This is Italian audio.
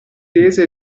tese